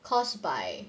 caused by